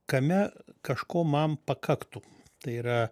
kame kažko man pakaktų tai yra